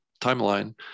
timeline